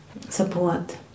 support